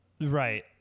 Right